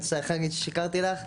אני מצטער, חגית, ששיקרתי לך.